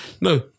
No